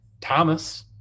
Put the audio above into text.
Thomas